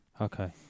Okay